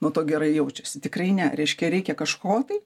nuo to gerai jaučiasi tikrai ne reiškia reikia kažko tai